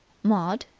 maud,